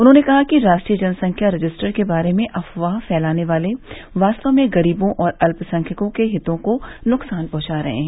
उन्होंने कहा कि राष्ट्रीय जनसंख्या रजिस्टर के बारे में अफवाह फैलाने वाले वास्तव में गरीबों और अत्पसंख्यकों के हितों को नुकसान पहुंचा रहे हैं